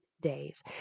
days